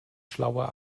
schlauer